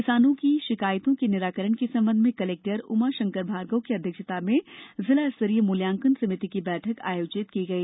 किसानों की शिकायतों के निराकरण के संबंध में कलेक्टर उमाशंकर भार्गव की अध्यक्षता में जिला स्तरीय मूल्यांकन समिति की बैठक आयोजित की गई